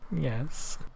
Yes